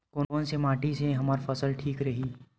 कोन से माटी से हमर फसल ह ठीक रही?